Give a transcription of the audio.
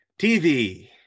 tv